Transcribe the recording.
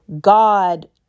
God